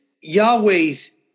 Yahweh's